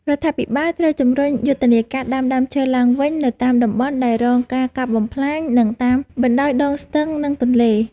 រដ្ឋាភិបាលត្រូវជំរុញយុទ្ធនាការដាំដើមឈើឡើងវិញនៅតាមតំបន់ដែលរងការកាប់បំផ្លាញ និងតាមបណ្តោយដងស្ទឹង និងទន្លេ។